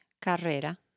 Carrera